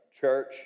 church